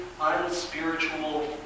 unspiritual